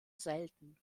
selten